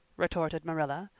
retorted marilla.